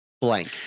blank